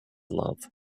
love